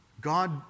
God